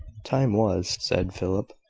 time was, said philip,